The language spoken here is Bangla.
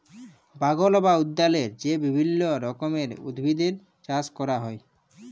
বাগাল বা উদ্যালে যে বিভিল্য রকমের উদ্ভিদের চাস ক্যরা হ্যয়